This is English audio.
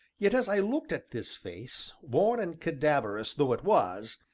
yet, as i looked at this face, worn and cadaverous though it was,